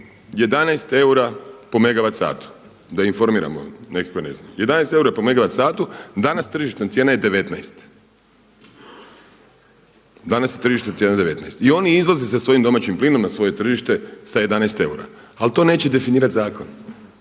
11 eura po megavat satu, da informiramo neke koji ne znaju, 11 eura po megavat satu. Danas tržišna cijena je 19. I oni izlaze sa svojim domaćim plinom na svoje tržište sa 11 eura, ali to neće definirati zakon